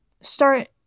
start